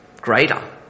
greater